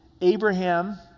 Abraham